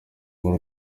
b’u